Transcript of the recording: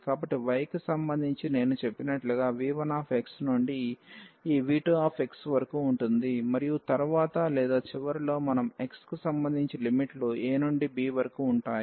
కాబట్టి y కి సంబంధించి నేను చెప్పినట్లుగా v1x నుండి ఈ v2x వరకు ఉంటుంది మరియు తరువాత లేదా చివరిలో మనం x కి సంబంధించి లిమిట్లు a నుండి b వరకు ఉంటాయి